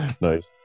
Nice